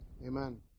Amen